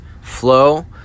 flow